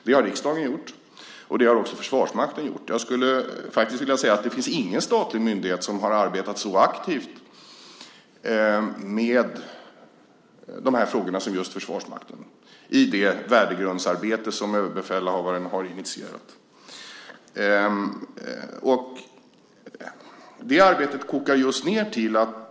Det har riksdagen gjort. Det har också Försvarsmakten gjort. Jag skulle vilja säga att det inte finns någon statlig myndighet som har arbetat så aktivt med de här frågorna som just Försvarsmakten i det värdegrundsarbete som överbefälhavaren har initierat.